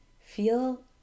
feel